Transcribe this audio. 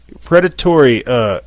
predatory